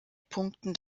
punkten